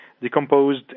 decomposed